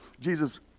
Jesus